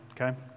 okay